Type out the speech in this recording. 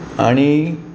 आनी